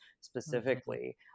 specifically